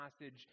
passage